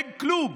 אין כלום.